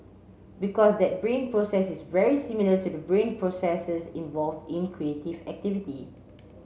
because that brain process is very similar to the brain processes involved in creative activity